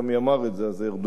ארדואן אמר את זה.